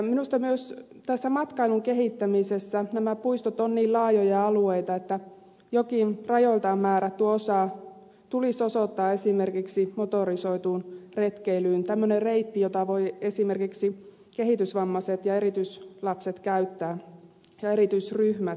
minusta myös tässä matkailun kehittämisessä nämä puistot ovat niin laajoja alueita että jokin rajoiltaan määrätty osa tulisi osoittaa esimerkiksi motorisoituun retkeilyyn tämmöinen reitti jota voi esimerkiksi kehitysvammaiset ja erityislapset käyttää ja erityisryhmät ylipäänsä